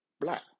black